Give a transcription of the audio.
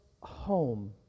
home